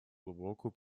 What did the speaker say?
глубокую